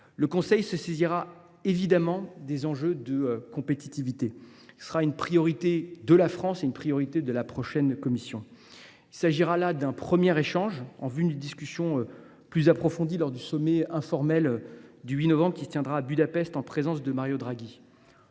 Le Conseil se saisira évidemment des enjeux de compétitivité, une priorité de la France comme de la prochaine Commission. Il s’agira d’un premier échange avant une discussion plus approfondie lors du sommet informel du 8 novembre prochain, qui se tiendra à Budapest en présence de Mario Draghi.